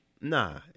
Nah